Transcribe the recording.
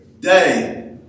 day